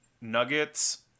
nuggets